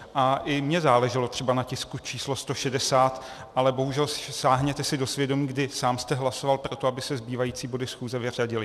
A i mně záleželo třeba na tisku číslo 160, ale bohužel, sáhněte si do svědomí, kdy sám jste hlasoval pro to, aby se zbývající body schůze vyřadily.